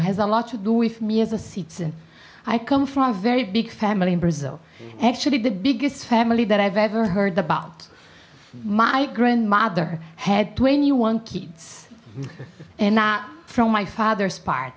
has a lot to do with me as a citizen i come from a very big family in brazil actually the biggest family that i've ever heard about my grandmother had twenty one kids and i from my father's part